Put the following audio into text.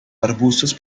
arbustos